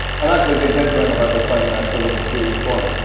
and actually, they did bring about this fine mess, so that is a serious point.